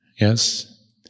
yes